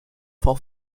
for